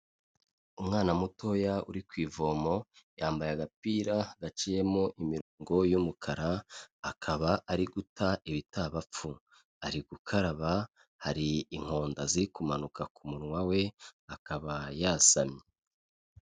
Umwana mutoya uri ku ivomo, yambaye agapira gaciyemo imirongo y'umukara, akaba ari guta ibitabapfu. Ari gukaraba, hari inkonda ziri kumanuka ku munwa we, akaba yasamye.